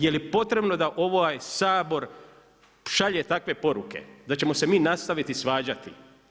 Je li potrebno da ovaj Sabor šalje takve poruke da ćemo se mi nastaviti svađati?